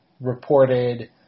reported